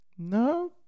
No